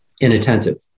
inattentive